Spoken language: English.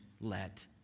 let